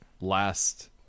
last